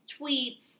tweets